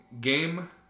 game